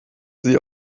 sie